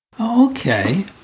Okay